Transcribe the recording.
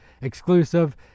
exclusive